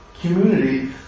community